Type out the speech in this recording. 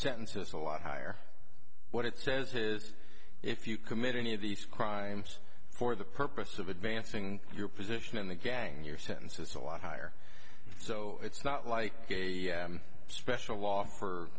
sentence is a lot higher what it says is if you commit any of these crimes for the purpose of advancing your position in the gang your sentence is a lot higher so it's not like a special